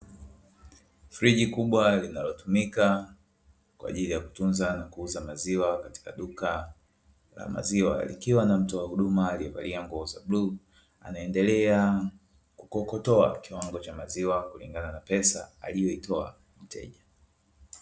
Friji kubwa linalotumika kwa ajili ya kutunza, kuuza maziwa katika duka la maziwa. Likiwa na mtoa huduma aliyevalia nguo za bluu, anaendelea kukokotoa kiwango cha maziwa kulingana na pesa aliyoitoa mteja.